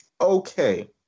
Okay